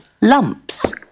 lumps